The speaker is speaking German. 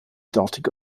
dortige